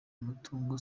umutungo